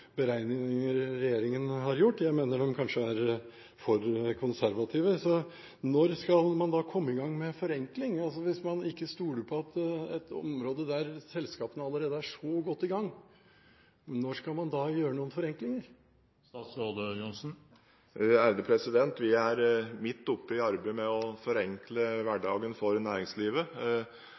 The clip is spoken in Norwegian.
beregninger regjeringen har gjort, og jeg mener de kanskje er for konservative. Når skal man da komme i gang med forenkling? Hvis man ikke stoler på et område der selskapene allerede er så godt i gang, når skal man da gjøre noen forenklinger? Vi er midt oppe i arbeidet med å forenkle hverdagen for næringslivet.